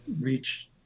reach